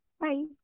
Bye